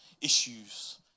issues